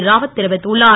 ராவத் தெரிவித்துள்ளார்